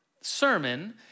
sermon